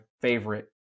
favorite